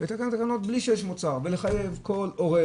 לתקן תקנות בלי שיש מוצר ולחייב כל הורה